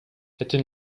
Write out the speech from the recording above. hätte